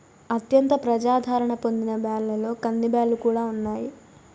అత్యంత ప్రజాధారణ పొందిన బ్యాళ్ళలో కందిబ్యాల్లు కూడా ఉన్నాయి